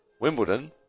Wimbledon